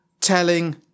telling